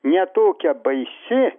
ne tokia baisi